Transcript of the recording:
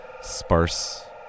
sparse